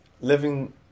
living